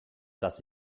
dass